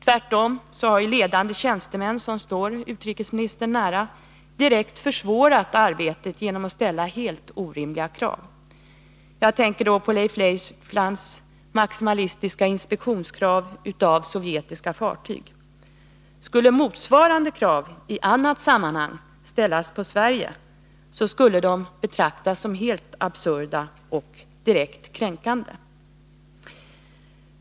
Tvärtom har ledande tjänstemän som står utrikesministern nära direkt försvårat det arbetet genom att ställa helt orimliga krav. Jag tänker då på Leif Leiflands maximalistiska krav på inspektion av sovjetiska fartyg. Skulle motsvarande krav i något annat sammanhang ställas på Sverige, skulle de betraktas som helt absurda och direkt kränkande.